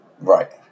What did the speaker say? Right